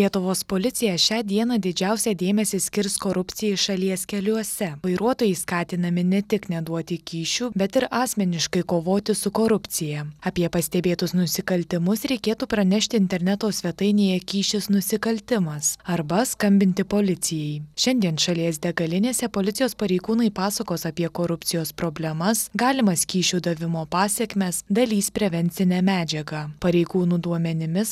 lietuvos policija šią dieną didžiausią dėmesį skirs korupcijai šalies keliuose vairuotojai skatinami ne tik neduoti kyšių bet ir asmeniškai kovoti su korupcija apie pastebėtus nusikaltimus reikėtų pranešti interneto svetainėje kyšis nusikaltimas arba skambinti policijai šiandien šalies degalinėse policijos pareigūnai pasakos apie korupcijos problemas galimas kyšių davimo pasekmes dalys prevencinę medžiagą pareigūnų duomenimis